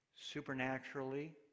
supernaturally